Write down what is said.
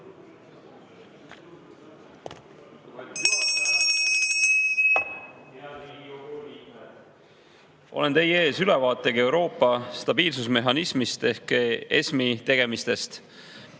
Olen teie ees ülevaatega Euroopa stabiilsusmehhanismi ehk ESM‑i tegemistest.